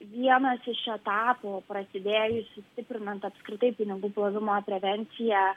vienas iš etapų prasidėjusį stiprinant apskritai pinigų plovimo prevenciją